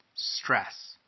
Stress